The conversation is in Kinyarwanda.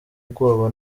ubwoba